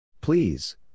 Please